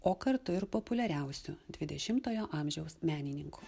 o kartu ir populiariausiu dvidešimtojo amžiaus menininku